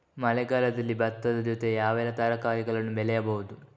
ಮಳೆಗಾಲದಲ್ಲಿ ಭತ್ತದ ಜೊತೆ ಯಾವೆಲ್ಲಾ ತರಕಾರಿಗಳನ್ನು ಬೆಳೆಯಬಹುದು?